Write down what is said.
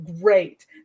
great